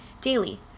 daily